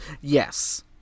yes